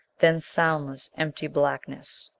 then soundless, empty blackness.